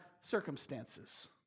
circumstances